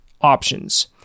options